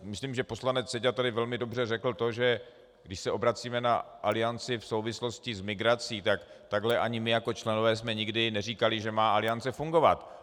Myslím, že poslanec Seďa tady velmi dobře řekl to, že když se obracíme na Alianci v souvislosti s migrací, tak takhle ani my jako členové jsme nikdy neříkali, že má Aliance fungovat.